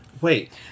Wait